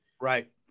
right